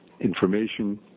Information